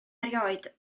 erioed